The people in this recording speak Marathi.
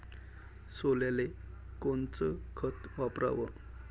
सोल्याले कोनचं खत वापराव?